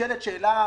נשאלת שאלה